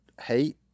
hate